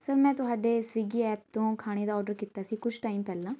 sir ਮੈਂ ਤੁਹਾਡੇ Swiggy app ਤੋਂ ਖਾਣੇ ਦਾ ਔਡਰ ਕੀਤਾ ਸੀ ਕੁਛ ਟਾਈਮ ਪਹਿਲਾਂ